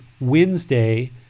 Wednesday